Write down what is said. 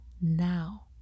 Now